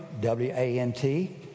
W-A-N-T